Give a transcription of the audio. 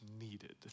needed